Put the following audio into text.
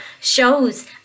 shows